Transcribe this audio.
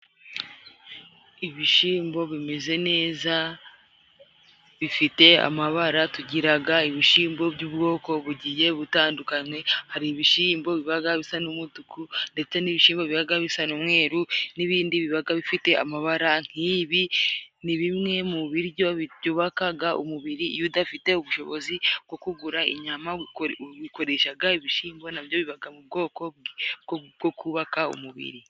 Ibishimbo bimeze neza bifite amabara. Tugiraga ibishimbo by'ubwoko bugiye butandukanye, hari ibishimbo bibaga bisa n'umutuku ndetse n'ibishimbo bibaga bisa n'umweru n'ibindi bibaga bifite amabara nk'ibi, ni bimwe mu biryo byubakaga umubiri, iyo udafite ubushobozi bwo kugura inyama ubikoreshaga. Ibishimbo nabyo bibaga mu bwoko bwo kubaka umubiri.